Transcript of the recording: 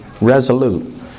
resolute